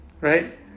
Right